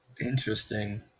Interesting